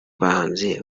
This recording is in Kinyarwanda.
bahanzi